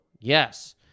yes